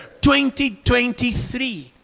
2023